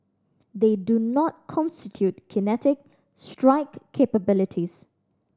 they do not constitute kinetic strike capabilities